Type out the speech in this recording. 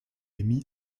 émis